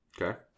Okay